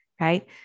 right